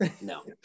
No